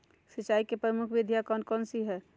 सिंचाई की प्रमुख विधियां कौन कौन सी है?